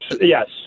yes